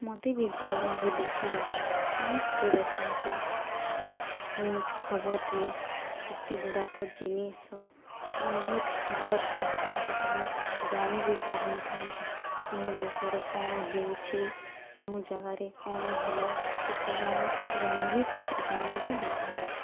ମତେ ବି ଭଲ ଲାଗେ ଦେଖିବାକୁ ସମସ୍ତେ ଦେଖନ୍ତି ନ୍ୟୁଜ୍ ଖବରରେ ଯେତେ ଗୁଡ଼ାକ ଜିନିଷ ଆମେ ନ୍ୟୁଜ୍ ଖବର ନଥାନ୍ତା ତ ଆମେ ଜାଣି ବି ପାରନ୍ତୁନ କି କେଉଁ ଦେଶରେ କଣ ହେଉଛି କେଉଁ ଜାଗାରେ କଣ ହେଲା ଏସବୁ ଆମେ ଜାଣିବି ଜାଣି ବି ନପାରୁ